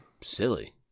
Silly